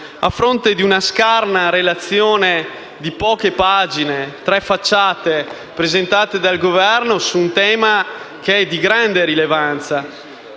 a fronte di una scarna relazione di poche pagine (tre facciate), presentata dal Governo su un tema che è di grande rilevanza: